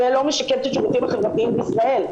זה לא משקם את השירותים החברתיים בישראל.